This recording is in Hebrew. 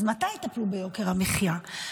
אז מתי יטפלו ביוקר המחיה?